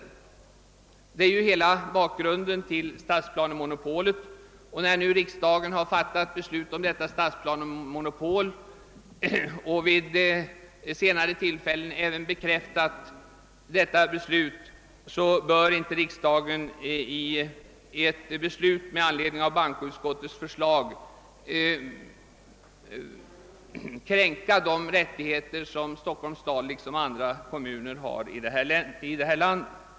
Detta är ju hela bakgrunden till stadsplanemonopolet, och när nu riksdagen har fattat beslut om detta stadsplanemonopol och vid senare tillfälle även bekräftat detta beslut, så bör riksdagen inte i ett beslut med anledning av ett förslag från bankoutskottet kränka de rättigheter som Stockholms stad i likhet med andra kommuner här i landet har.